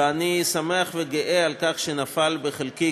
ואני שמח וגאה על כך שנפל בחלקי,